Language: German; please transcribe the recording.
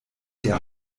der